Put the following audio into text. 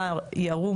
מר ירום